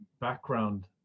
background